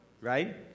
Right